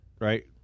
right